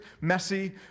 messy